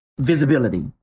visibility